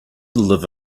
live